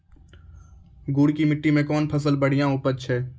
गुड़ की मिट्टी मैं कौन फसल बढ़िया उपज छ?